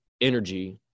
energy